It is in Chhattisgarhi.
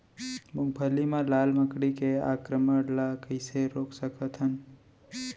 मूंगफली मा लाल मकड़ी के आक्रमण ला कइसे रोक सकत हन?